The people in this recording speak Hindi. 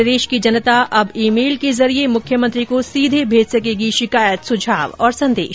प्रदेश की जनता अब ई मेल के जरिये मुख्यमंत्री को सीधे भेज सकेगी शिकायत सुझाव और संदेश